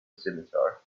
scimitar